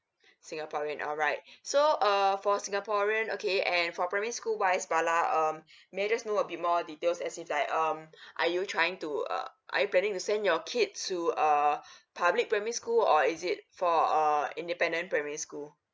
singaporean alright so err for singaporean okay and for primary school wise bala um may I just know a bit more details as if like um are you trying to uh are you planning to send your kids to err public primary school or is it for err independent primary school